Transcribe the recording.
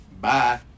Bye